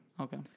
Okay